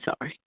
sorry